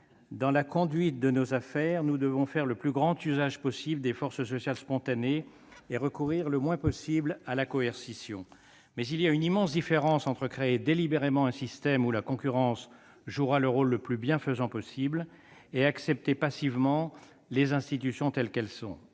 Dans la conduite de nos affaires nous devons faire le plus grand usage possible des forces sociales spontanées, et recourir le moins possible à la coercition. [...] Il y a [...] une immense différence entre créer délibérément un système où la concurrence jouera le rôle le plus bienfaisant possible, et accepter passivement les institutions telles qu'elles sont.